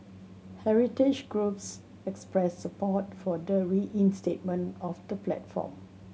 heritage groups expressed support for the reinstatement of the platform